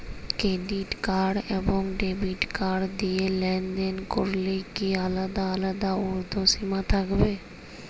Credit card এবং debit card দিয়ে লেনদেন করলে কি আলাদা আলাদা ঊর্ধ্বসীমা থাকবে?